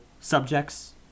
subjects